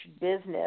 business